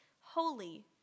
holy